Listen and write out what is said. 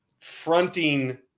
fronting